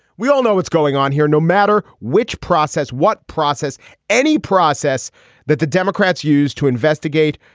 we all know what's going on here no matter which process what process any process that the democrats use to investigate.